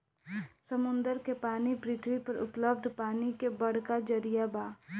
समुंदर के पानी पृथ्वी पर उपलब्ध पानी के बड़का जरिया बा